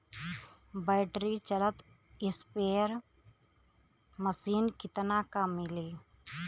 Battery चलत sprayer machine कितना क मिली?